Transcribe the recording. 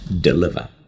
deliver